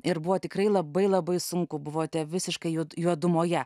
ir buvo tikrai labai labai sunku buvote visiškai jog juodumoje